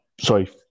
sorry